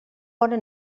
bona